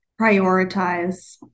prioritize